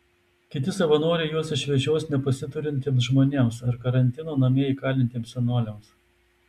kiti savanoriai juos išvežios nepasiturintiems žmonėms ar karantino namie įkalintiems senoliams